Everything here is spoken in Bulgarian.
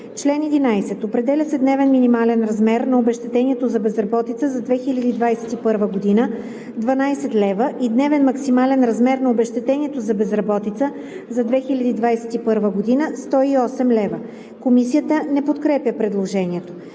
„Чл. 11. Определя се дневен минимален размер на обезщетението за безработица за 2021 г. – 12,00 лв., и дневен максимален размер на обезщетението за безработица за 2021 г. – 108,00 лв.“ Комисията не подкрепя предложението.